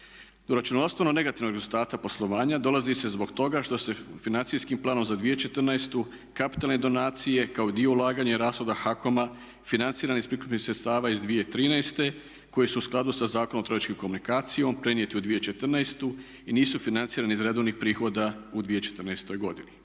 Do računovodstveno negativnog rezultata poslovanja dolazi se zbog toga što se Financijskim planom za 2014. kapitalne donacije kao i dio ulaganja i rashoda HAKOM-a financiranih iz prikupljenih sredstava iz 2013. koji su u skladu sa Zakonom o trgovačkoj komunikacijom prenijeti u 2014. i nisu financirani iz redovnih prihoda u 2014. godini.